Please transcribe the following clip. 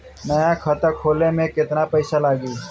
नया खाता खोले मे केतना पईसा लागि?